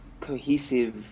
cohesive